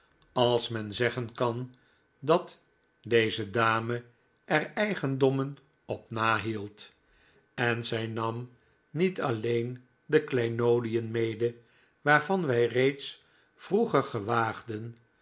als men zeggen kan dat deze dame er eigendommen op nahield en zij nam niet alleen de kleinoodien mede waarvan wij reeds vroeger gewaagden